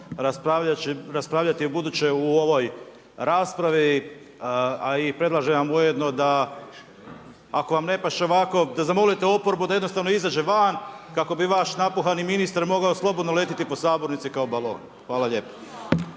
raspravljati ubuduće u ovoj raspravi a i predlažemo vam ujedno da ako vam ne paše ovako da zamolite oporbu da jednostavno izađe van kako bi vaš napuhani ministar mogao slobodno letjeti po sabornici kao balon. Hvala lijepo.